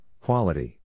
quality